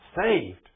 Saved